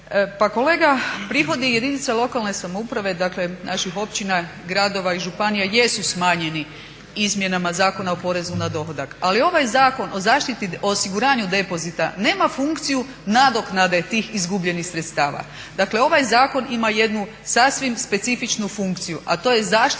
Pa kolega, prihodi jedinica lokalne samouprave, dakle naših općina, gradova i županija jesu smanjeni izmjenama Zakona o porezu na dohodak. Ali ovaj Zakon o zaštiti, osiguranju depozita nema funkciju nadoknade tih izgubljenih sredstava. Dakle, ovaj zakon ima jednu sasvim specifičnu funkciju, a to je zaštita